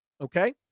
okay